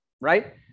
right